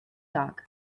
dog